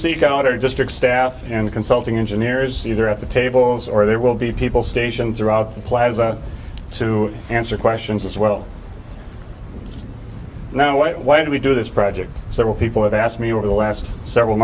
seek out our district staff and consulting engineers either at the tables or they will be people stationed throughout the plaza to answer questions as well now wait when we do this project several people have asked me over the last several